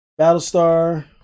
Battlestar